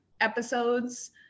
episodes